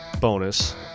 bonus